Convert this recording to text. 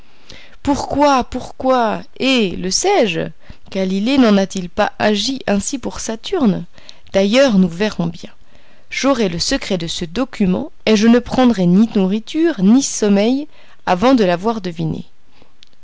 pourquoi pourquoi eh le sais-je galilée n'en a-t-il pas agi ainsi pour saturne d'ailleurs nous verrons bien j'aurai le secret de ce document et je ne prendrai ni nourriture ni sommeil avant de l'avoir deviné